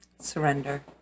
Surrender